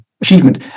achievement